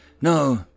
No